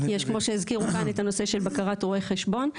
יש כמו שהזכירו כאן את הנושא של בקרת רואה חשבון,